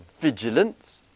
vigilance